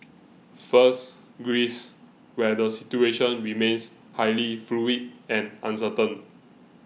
first Greece where the situation remains highly fluid and uncertain